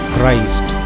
Christ